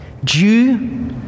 Jew